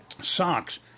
socks